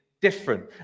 different